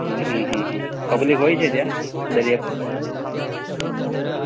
હમ હમ હમ હમ પબ્લિક હોય છે ત્યાં દરિયા પર